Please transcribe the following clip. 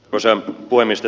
arvoisa puhemies